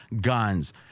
guns